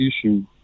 issue